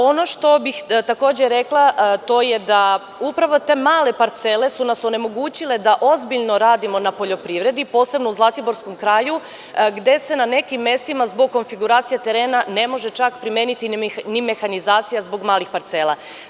Ono što bih takođe rekla, to je da upravo te male parcele su nas onemogućile da ozbiljno radimo na poljoprivredi, posebno u zlatiborskom kraju, gde se na nekim mestima zbog konfiguracije terena ne može čak ni primeniti mehanizacija zbog malih parcela.